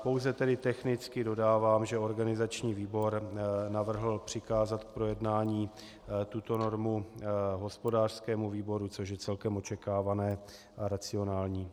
Pouze tedy technicky dodávám, že organizační výbor navrhl přikázat k projednání tuto normu hospodářskému výboru, což je celkem očekávané a racionální.